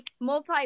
multi